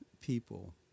people